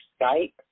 Skype